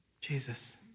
Jesus